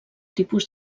tipus